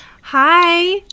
Hi